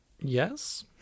Yes